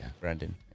Brandon